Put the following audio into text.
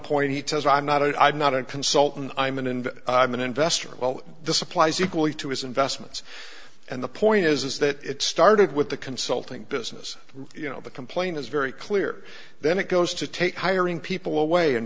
point he says i'm not i'm not a consultant i'm an and i'm an investor well this applies equally to his investments and the point is that it started with the consulting business you know the complaint is very clear then it goes to take hiring people away and